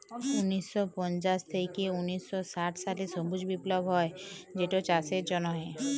উনিশ শ পঞ্চাশ থ্যাইকে উনিশ শ ষাট সালে সবুজ বিপ্লব হ্যয় যেটচাষের জ্যনহে